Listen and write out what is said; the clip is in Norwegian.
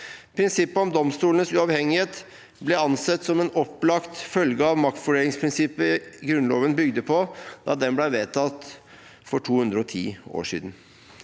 Prinsippet om domstolenes uavhengighet ble ansett som en opplagt følge av maktfordelingsprinsippet Grunnloven bygde på da den ble vedtatt for 210 år siden.